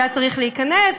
זה היה צריך להיכנס.